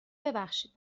ببخشید